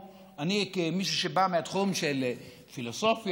כמישהו שבא מהתחום של פילוסופיה,